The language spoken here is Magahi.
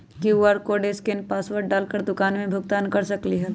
कियु.आर कोड स्केन पासवर्ड डाल कर दुकान में भुगतान कर सकलीहल?